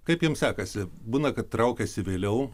kaip jiem sekasi būna kad traukiasi vėliau